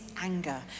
anger